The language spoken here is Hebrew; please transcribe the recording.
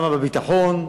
כמה בביטחון?